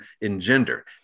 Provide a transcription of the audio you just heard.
engender